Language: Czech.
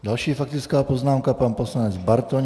Další faktická poznámka pan poslanec Bartoň.